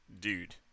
dude